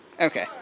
Okay